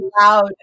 loud